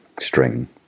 string